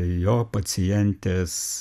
jo pacientės